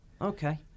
Okay